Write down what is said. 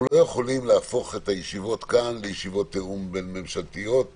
אנחנו לא יכולים להפוך את הישיבות כאן לישיבות תיאום בין-ממשלתיות.